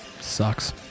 Sucks